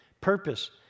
purpose